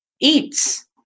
eats